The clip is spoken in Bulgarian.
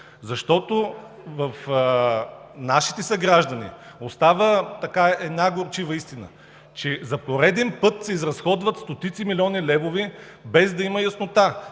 защото в нашите съграждани остава горчива истина, че за пореден път се изразходват стотици милиони левове, без да има яснота